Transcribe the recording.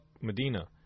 Medina